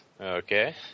Okay